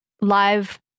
live